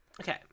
Okay